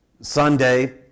Sunday